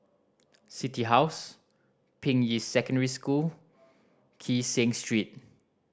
City House Ping Yi Secondary School Kee Seng Street